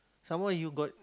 some more you got